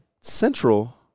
Central